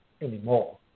anymore